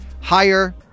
Higher